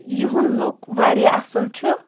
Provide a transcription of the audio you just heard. یِہُند لُک واریاہ اَصل چھُ